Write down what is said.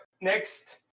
Next